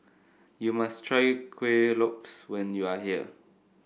you must try Kuih Lopes when you are here